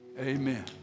Amen